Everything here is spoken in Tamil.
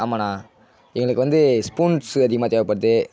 ஆமாண்ணா எங்களுக்கு வந்து ஸ்பூன்ஸ் அதிகமாக தேவைப்படுது